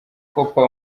cooper